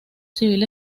civil